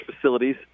facilities